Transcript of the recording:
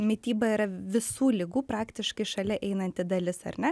mityba yra visų ligų praktiškai šalia einanti dalis ar ne